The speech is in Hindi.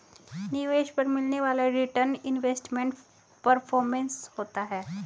निवेश पर मिलने वाला रीटर्न इन्वेस्टमेंट परफॉरमेंस होता है